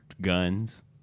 guns